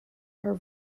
are